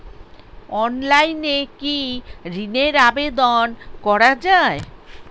অনলাইনে কি ঋণের আবেদন করা যায়?